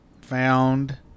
found